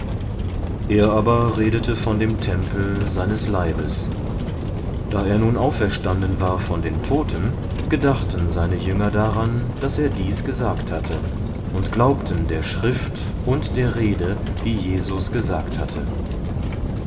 er aber redete von dem tempel seines leibes da er nun auferstanden war von den toten gedachten seine jünger daran daß er dies gesagt hatte und glaubten der schrift und der rede die jesus gesagt hatte